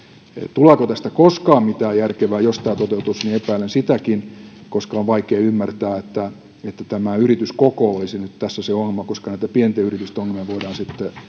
tuleeko tästä koskaan mitään järkevää jos tämä toteutuisi epäilen sitäkin koska on vaikea ymmärtää että että tämä yrityskoko olisi nyt tässä se ongelma koska näitä pienten yritysten ongelmia voidaan sitten